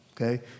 Okay